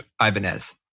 Ibanez